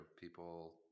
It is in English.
People